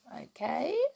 okay